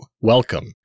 welcome